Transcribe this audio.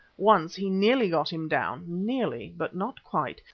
once he nearly got him down nearly, but not quite,